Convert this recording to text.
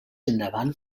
endavant